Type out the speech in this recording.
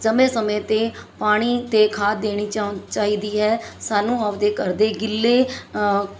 ਸਮੇਂ ਸਮੇਂ 'ਤੇ ਪਾਣੀ ਅਤੇ ਖਾਦ ਦੇਣੀ ਚੋ ਚਾਹੀਦੀ ਹੈ ਸਾਨੂੰ ਆਪਦੇ ਘਰ ਦੇ ਗਿੱਲੇ